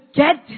get